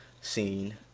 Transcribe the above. scene